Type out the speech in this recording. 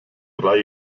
drei